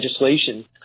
legislation